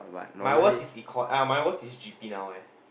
my worse is econ uh my worse is G_P now eh